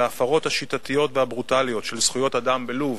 ההפרות השיטתיות והברוטליות של זכויות האדם בלוב